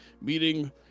meeting